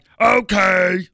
okay